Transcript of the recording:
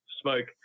smoke